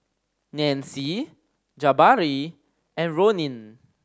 Nancy Jabari and Ronin